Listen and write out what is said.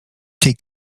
take